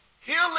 healing